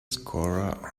scorer